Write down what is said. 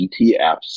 ETFs